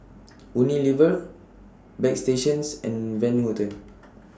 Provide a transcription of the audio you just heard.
Unilever Bagstationz and Van Houten